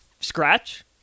Scratch